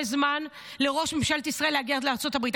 זמן לראש ממשלת ישראל להגיע לארצות הברית.